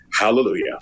hallelujah